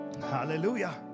Hallelujah